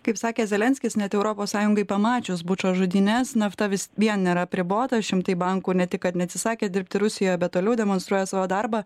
kaip sakė zelenskis net europos sąjungai pamačius bučos žudynes nafta vis vien nėra apribota šimtai bankų ne tik kad neatsisakė dirbti rusijoje bet toliau demonstruoja savo darbą